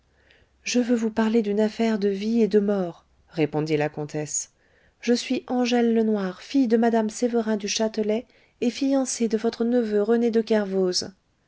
je veux vous parler d'une affaire de vie et de mort répondit la comtesse je suis angèle lenoir fille de mme sévérin du châtelet et fiancée de votre neveu rené de